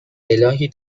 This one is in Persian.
الهی